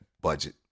budget